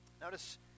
Notice